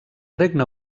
regne